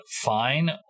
fine